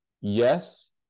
yes